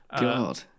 God